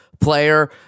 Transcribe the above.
player